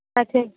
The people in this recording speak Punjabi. ਅੱਛਾ ਜੀ